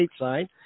stateside